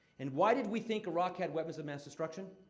and why did we think iraq had weapons of mass destruction?